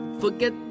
Forget